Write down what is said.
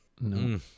No